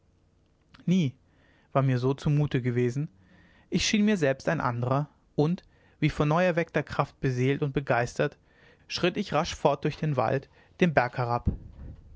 nie war mir so zumute gewesen ich schien mir selbst ein andrer und wie von neuerweckter kraft beseelt und begeistert schritt ich rasch fort durch den wald den berg herab